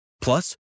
Plus